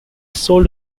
sold